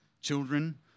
children